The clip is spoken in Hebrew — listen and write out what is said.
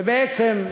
ובעצם,